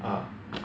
ah